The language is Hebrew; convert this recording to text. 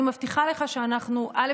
אני מבטיחה לך, א.